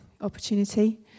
opportunity